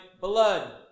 blood